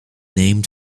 named